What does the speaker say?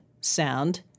sound